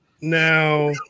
Now